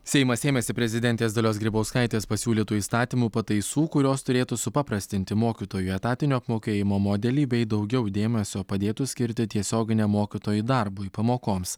seimas ėmėsi prezidentės dalios grybauskaitės pasiūlytų įstatymų pataisų kurios turėtų supaprastinti mokytojų etatinio apmokėjimo modelį bei daugiau dėmesio padėtų skirti tiesioginiam mokytojų darbui pamokoms